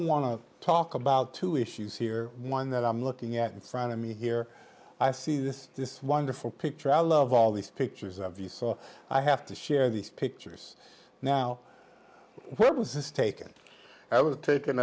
to talk about two issues here one that i'm looking at in front of me here i see this this wonderful picture i love all these pictures of these so i have to share these pictures now where was this taken i was tak